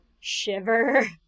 shiver